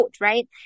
right